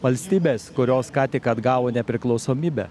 valstybes kurios ką tik atgavo nepriklausomybę